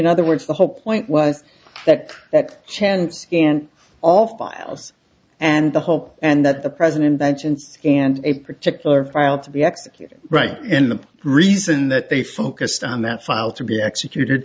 in other words the whole point was that that chance and all files and the hope and that the president mentioned and a particular file to be executed right in the reason that they focused on that file to be executed